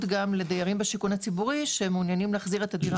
גם לדיירים בשיכון הציבורי שמעוניינים להחזיר את הדירה.